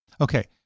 okay